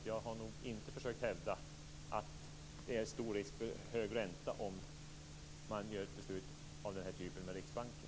Jag har inte försökt hävda att det är stor risk för hög ränta om man fattar ett beslut av den här typen om Riksbanken.